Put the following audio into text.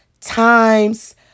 times